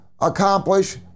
accomplish